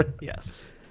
Yes